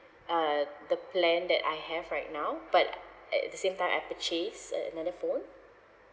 uh the plan that I have right now but at the same time I purchase a~ another phone